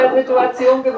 situation